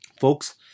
Folks